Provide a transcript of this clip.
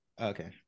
Okay